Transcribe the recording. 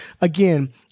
again